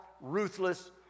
ruthless